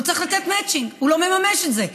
אבל הוא צריך לתת מצ'ינג והוא לא מממש את זה.